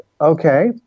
okay